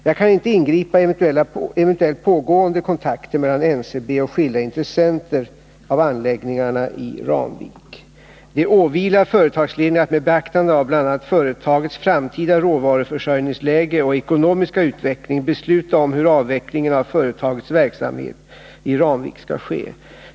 Jag kan inte ingripa i eventuella pågående kontakter mellan NCB och skilda intressenter av anläggningarna i Ramvik. Det åvilar företagsledningen att med beaktande av bl.a. företagets framtida råvaruförsörjningsläge och ekonomiska utveckling besluta om hur avvecklingen av företagets verksamhet i Ramvik skall ske.